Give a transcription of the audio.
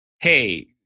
hey